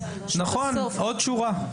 נכון, עוד שורה.